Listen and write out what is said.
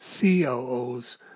COOs